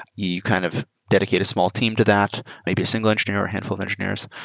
you kind of dedicate a small team to that, maybe a single engineer or a handful of engineers.